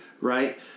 Right